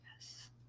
Yes